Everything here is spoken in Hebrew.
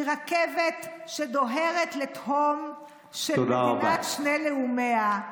רכבת שדוהרת לתהום של מדינת שני לאומיה.